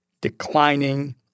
declining